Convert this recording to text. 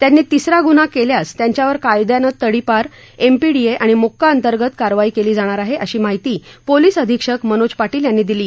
त्यांनी तिसरा गुन्हा केल्यास त्यांच्यावर कायद्याने तडीपार एमपीडीए आणि मोक्का अंतर्गत कारवाई केली जाणार आहे अशी माहिती पोलीस अधीक्षक मनोज पाटील यांनी दिली